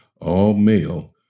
all-male